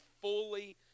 fully